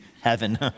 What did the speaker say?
Heaven